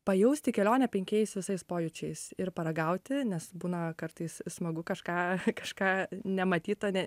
pajausti kelionę penkiais visais pojūčiais ir paragauti nes būna kartais smagu kažką kažką nematyta ne